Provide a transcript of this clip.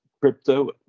crypto